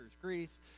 Greece